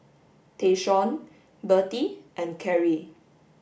Tayshaun Bertie and Karie